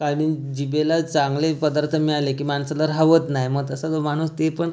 आणि जिभेला चांगले पदार्थ मिळाले की माणसाला राहवत नाही मग तसा जो माणूस ते पण